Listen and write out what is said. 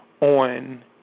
on